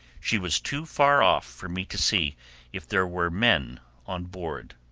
she was too far off for me to see if there were men on board.